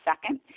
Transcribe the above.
second